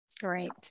Great